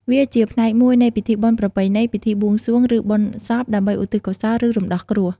វាជាផ្នែកមួយនៃ ពិធីបុណ្យប្រពៃណី ពិធីបួងសួង ឬបុណ្យសព ដើម្បីឧទ្ទិសកុសល ឬរំដោះគ្រោះ។